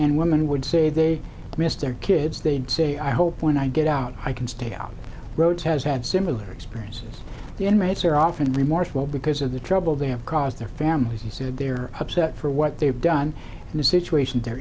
and woman would say they missed their kids they'd say i hope when i get out i can stay out rhodes has had similar experiences the emirates are often remarked well because of the trouble they have caused their families he said they're upset for what they've done in the situation they're